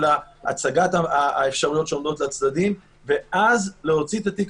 הצגת האפשרויות שעומדות לצדדים ואז להוציא את התיק